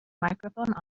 microphone